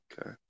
Okay